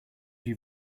you